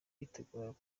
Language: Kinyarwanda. yiteguraga